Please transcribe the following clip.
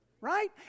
right